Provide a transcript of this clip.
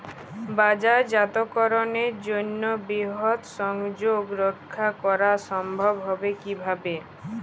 বাজারজাতকরণের জন্য বৃহৎ সংযোগ রক্ষা করা সম্ভব হবে কিভাবে?